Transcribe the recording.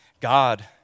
God